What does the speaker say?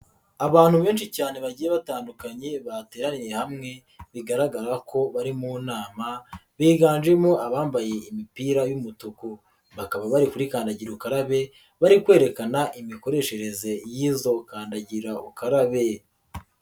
Abantu benshi cyane bagiye batandukanye bateraniye hamwe bigaragara ko bari mu nama biganjemo abambaye imipira y'umutuku, bakaba bari kuri kandagira ukarabe bari kwerekana imikoreshereze y'izo kandagira ukarabe.